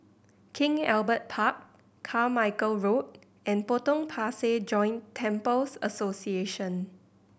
King Albert Park Carmichael Road and Potong Pasir Joint Temples Association